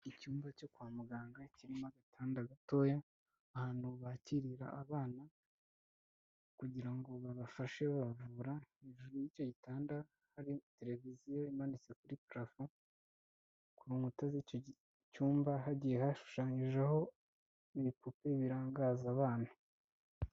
Icyumba cyo kwa muganga kirimo agatanda gatoya, ahantu bakirira abana, kugira ngo babafashe babavura, hejuru y'icyo gitanda hari tereviziyo imanitse kuri purafo. Ku nkuta z'icyo cyumba hagiye hashushanyijeho ibipupe birangaza abana.